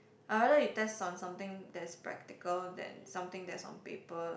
I rather you test on something that's practical than something that's on paper